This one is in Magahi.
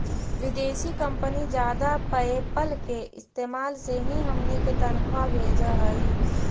विदेशी कंपनी जादा पयेपल के इस्तेमाल से ही हमनी के तनख्वा भेजऽ हइ